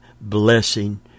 blessing